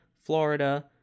Florida